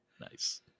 Nice